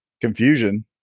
confusion